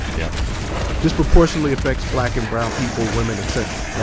yeah disproportionately affects black and brown people, women, etc.